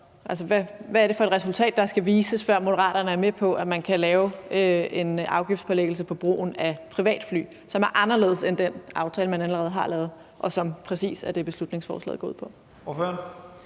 Hvad er det for et resultat, der skal vises, før Moderaterne er med på, at man kan lægge en afgift på brugen af privatfly, som er anderledes end med den aftale, man allerede har lavet, og som præcis er det, beslutningsforslaget går ud på?